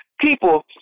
People